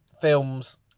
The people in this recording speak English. films